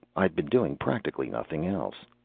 i've been doing practically nothing else.